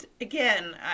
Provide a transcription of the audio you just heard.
again